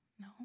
No